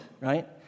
right